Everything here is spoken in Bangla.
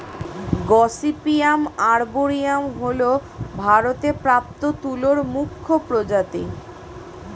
গসিপিয়াম আর্বরিয়াম হল ভারতে প্রাপ্ত তুলোর মুখ্য প্রজাতি